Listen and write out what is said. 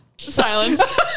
Silence